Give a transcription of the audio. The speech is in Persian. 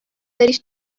بزاریش